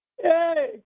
Hey